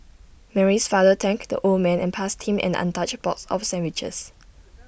Mary's father thanked the old man and passed him an untouched box of sandwiches